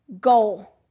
goal